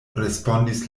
respondis